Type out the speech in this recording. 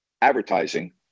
advertising